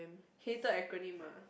hated acronym ah